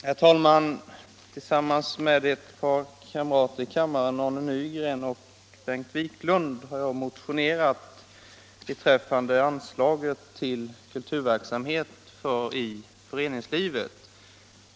Herr talman! Tillsammans med ett par kammarkamrater, Arne Nygren och Bengt Wiklund, har jag motionerat om anslaget till kulturverksamhet i föreningslivet.